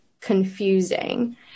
confusing